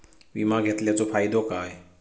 विमा घेतल्याचो फाईदो काय?